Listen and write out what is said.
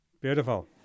Beautiful